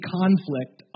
conflict